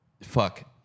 Fuck